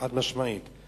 חד-משמעית.